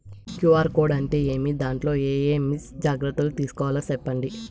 QR code అంటే ఏమి? దాంట్లో ఏ ఏమేమి జాగ్రత్తలు తీసుకోవాలో సెప్పండి?